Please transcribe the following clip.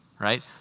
right